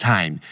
Time